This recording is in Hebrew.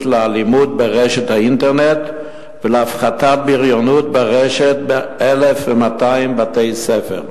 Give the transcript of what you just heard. לאלימות ברשת האינטרנט ולהפחתת בריונות ברשת ב-1,200 בתי-ספר,